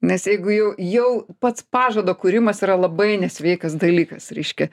nes jeigu jau jau pats pažado kūrimas yra labai nesveikas dalykas reiškia